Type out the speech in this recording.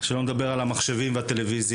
שלא נדבר על המחשבים והטלוויזיה.